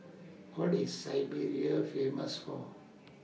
What IS Siberia Famous For